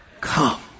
Come